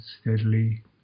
steadily